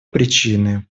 причины